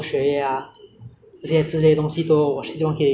ah 过得开开心心平安日子